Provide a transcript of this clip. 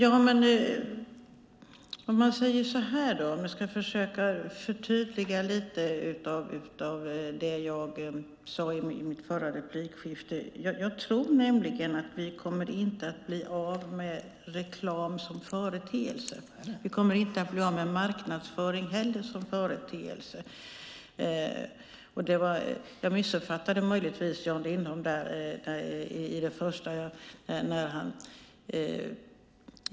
Herr talman! Jag ska försöka förtydliga lite av det jag sade i min förra replik. Jag tror inte att vi kommer att bli av med reklam som företeelse. Vi kommer inte att bli av med marknadsföring som företeelse heller. Jag missuppfattade möjligtvis Jan Lindholms första replik.